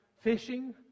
fishing